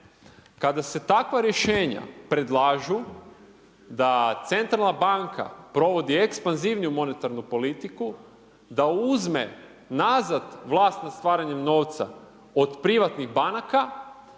Kada se takva rješenja predlažu da centralna banka provodi ekspanzivniju monetarnu politiku, da uzme nazad vlast nad stvaranjem novca od privatnih banaka